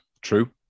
true